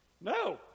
No